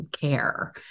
care